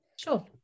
Sure